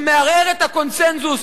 שמערער את הקונסנזוס,